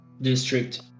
district